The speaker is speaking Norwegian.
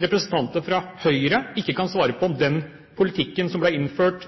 representanter fra Høyre ikke kan svare på om den politikken som ble innført